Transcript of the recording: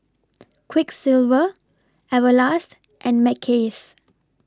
Quiksilver Everlast and Mackays